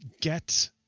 get